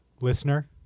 Listener